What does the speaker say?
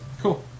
Cool